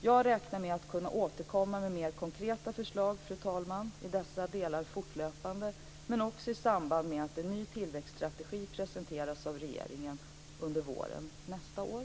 Jag räknar med att kunna återkomma med mer konkreta förslag i dessa delar fortlöpande men också i samband med att en ny tillväxtstrategi presenteras av regeringen under våren nästa år.